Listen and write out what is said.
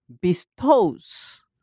bestows